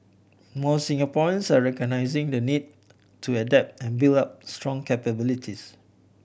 more Singaporeans are recognising the need to adapt and build up strong capabilities